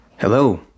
Hello